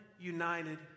united